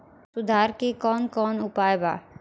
सुधार के कौन कौन उपाय वा?